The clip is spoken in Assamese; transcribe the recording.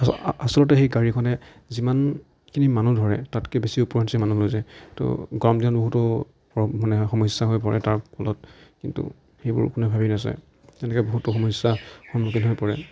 আচলতে সেই গাড়ীখনে যিমানখিনি মানুহ ধৰে তাতকৈ বেছি ওপৰঞ্চি মানুহ লৈ যায় তো গৰম দিনত বহুতো প্ৰব মানে সমস্যা হৈ পৰে তাৰ ফলত কিন্তু সেইবোৰ কোনেও ভাবি নাচায় তেনেকৈ বহুতো সমস্যা সন্মুখীন হৈ পৰে